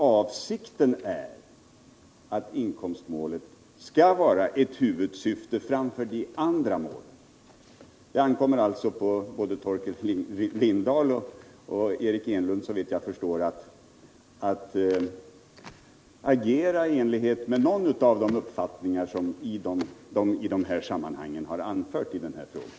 Avsikten är att inkomstmålet skall vara ett huvudsyfte framför de andra målen. Det ankommer därför såvitt jag kan förstå på både Torkel Lindahl och Eric Enlund att agera i enlighet med någon av de uppfattningar som de har anfört i denna fråga.